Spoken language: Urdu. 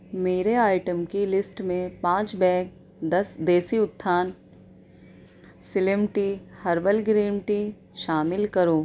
میرے آئٹم کی لسٹ میں پانچ بیگ دس دیسی اتھان slim tea herbal cream tea شامل کرو